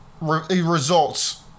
results